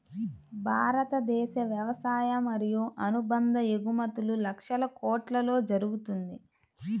భారతదేశ వ్యవసాయ మరియు అనుబంధ ఎగుమతులు లక్షల కొట్లలో జరుగుతుంది